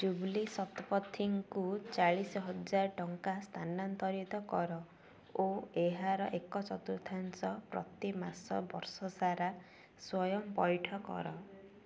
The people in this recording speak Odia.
ଜୁବ୍ଲି ଶତପଥୀଙ୍କୁ ଚାଳିଶ ହଜାର ଟଙ୍କା ସ୍ଥାନାନ୍ତରିତ କର ଓ ଏହାର ଏକ ଚତୁର୍ଥାଂଶ ପ୍ରତିମାସ ବର୍ଷ ସାରା ସ୍ଵୟଂ ପଇଠ କର